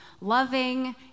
loving